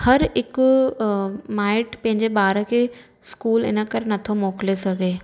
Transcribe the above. हर हिकु माइटु पंहिंजे ॿार खे स्कूल इन करे नथो मोकिले सघे